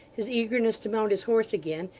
his eagerness to mount his horse again,